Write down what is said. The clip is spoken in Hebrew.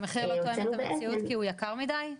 המחיר לא תואם את המציאות כי הוא יקר מידי?